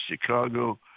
Chicago